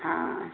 हाँ